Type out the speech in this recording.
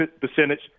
percentage